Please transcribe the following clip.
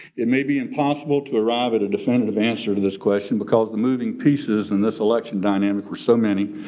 it may be impossible to arrive at a definitive answer to this question because the moving pieces in this election dynamic were so many.